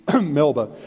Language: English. Melba